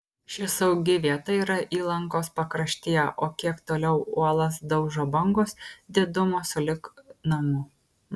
ši saugi vieta yra įlankos pakraštyje o kiek toliau uolas daužo bangos didumo sulig namu